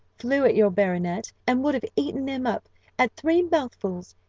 flew at your baronet, and would have eaten him up at three mouthfuls,